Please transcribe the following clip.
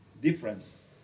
difference